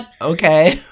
Okay